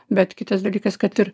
bet kitas dalykas kad ir